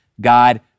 God